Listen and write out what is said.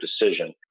decision